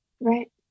right